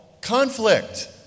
conflict